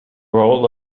role